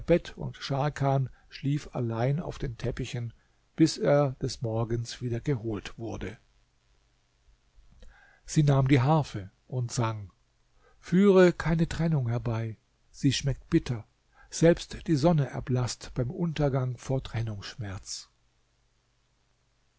bett und scharkan schlief allein auf den teppichen bis er des morgens wieder geholt wurde sie nahm die harfe und sang führe keine trennung herbei sie schmeckt bitter selbst die sonne erblaßt beim untergang vor trennungsschmerz